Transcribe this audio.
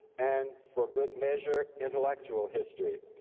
and for good measure, intellectual history.